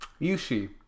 Yushi